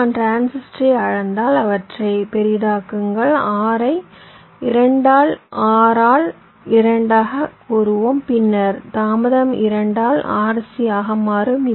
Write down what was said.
எனவே நான் டிரான்சிஸ்டரை அளந்தால் அவற்றை பெரிதாக்குங்கள் R ஐ 2 ஆல் R ஆல் 2 ஆகக் கூறுவோம் பின்னர் தாமதம் 2 ஆல் RC ஆக மாறும்